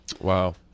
wow